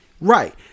Right